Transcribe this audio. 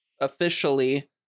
officially